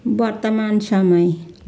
वर्तमान समय